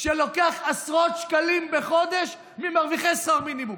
שלוקח עשרות שקלים בחודש ממרוויחי שכר מינימום?